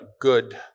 good